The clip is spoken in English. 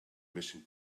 missing